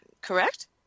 correct